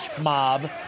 mob